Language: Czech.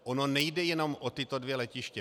Ono nejde jenom o tato dvě letiště.